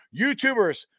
YouTubers